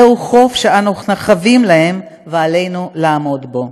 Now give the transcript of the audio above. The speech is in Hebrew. זהו חוב שאנו חבים להם, ועלינו לעמוד בו.